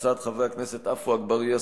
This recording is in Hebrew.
הצעות חברי הכנסת עפו אגבאריה,